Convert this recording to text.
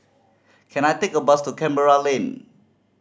can I take a bus to Canberra Lane